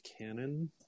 canon